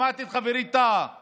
שמעתי את חברי טאהא